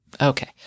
Okay